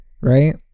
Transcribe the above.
right